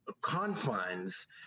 confines